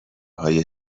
های